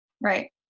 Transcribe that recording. Right